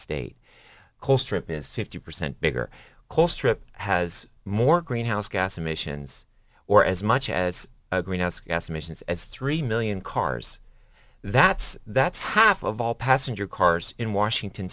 is fifty percent bigger coal strip has more greenhouse gas emissions or as much as greenhouse gas emissions as three million cars that's that's half of all passenger cars in washington